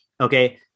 Okay